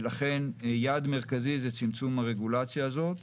ולכן יעד מרכזי זה צמצום הרגולציה הזאת.